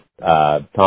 Tom